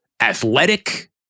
athletic